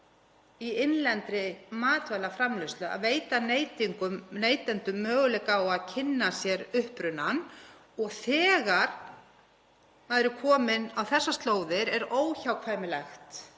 í innlendri matvælaframleiðslu og veita neytendum möguleika á að kynna sér upprunann. Og þegar maður er kominn á þessar slóðir er óhjákvæmilegt